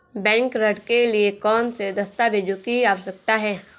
Bank ऋण के लिए कौन से दस्तावेजों की आवश्यकता है?